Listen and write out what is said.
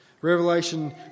Revelation